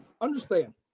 Understand